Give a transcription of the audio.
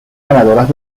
ganadoras